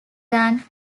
than